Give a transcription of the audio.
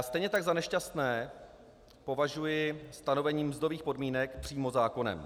Stejně tak za nešťastné považuji stanovení mzdových podmínek přímo zákonem.